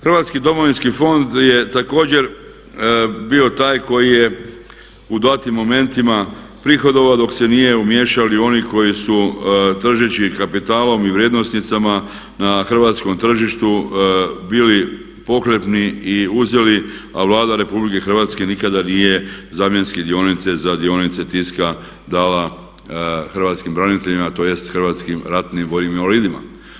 Hrvatski domovinski fond je također bio taj koji je u datim momentima prihodovao dok se nisu umiješali oni koji su tržeći kapitalom i vrijednosnicama na hrvatskom tržištu bili pokretni i uzeli a Vlada Republike Hrvatske nikada nije zamjenske dionice za dionice TISKA dala hrvatskim braniteljima tj. hrvatskim ratnim vojnim invalidima.